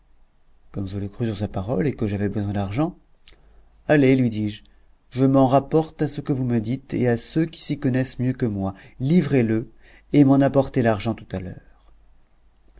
comme je le crus sur sa parole et que j'avais besoin d'argent allez lui dis-je je m'en rapporte à ce que vous me dites et à ceux qui s'y connaissent mieux que moi livrez le et m'en apportez l'argent tout à l'heure